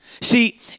See